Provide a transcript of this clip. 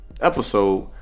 episode